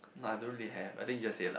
no I don't really have I think just say lah